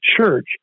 church